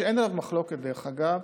עיקרון, שאין עליו מחלוקת, דרך אגב,